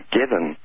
given